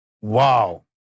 Wow